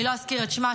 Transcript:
אני לא אזכיר את שמה,